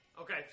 Okay